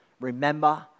Remember